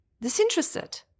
disinterested